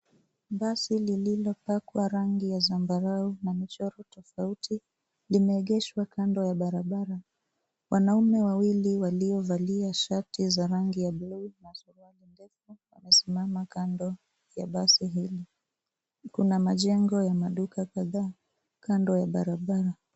Basi lililopakwa rangi ya zambarau na michoro tofauti limeegeshwa kando ya barabara. Wanaume wawili waliovalia shati za rangi ya bluu na suruali ndefu wamesimama kando ya basi hilo. Kuna majengo ya maduka kadhaa kando ya barabara.